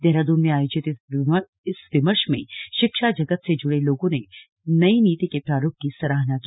देहरादून में आयोजित इस विमर्ष में षिक्षा जगत से जुड़े लोगों ने नई नीति के प्रारूप की सराहना की